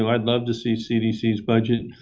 um i'd love to see cdc's budget,